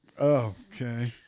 Okay